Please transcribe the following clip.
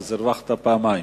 אז הרווחת פעמיים.